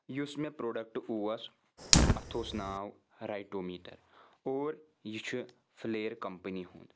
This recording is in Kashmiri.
یُس مےٚ پرٛوڈکٹہٕ اوس اَتھ اوس ناو رایِٹو میٖٹر اور یہِ چھُ فٕلَیٚر کمپٔنی ہُنٛد